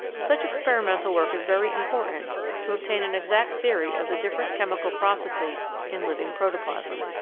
such experimental work is very important to obtain an exact theory of the different chemical processes in living protoplasm.